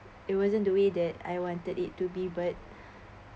it wasn't the way that I wanted it to be but